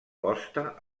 posta